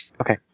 Okay